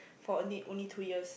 for only only two years